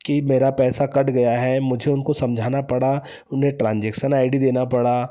कि मेरा पैसा कट गया है मुझे उनको समझाना पड़ा उन्हें ट्रांजैक्शन आई डी देना पड़ा